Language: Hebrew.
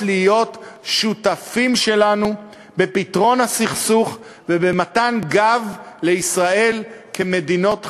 להיות שותפים שלנו בפתרון הסכסוך ובמתן גב לישראל כמדינות חברות,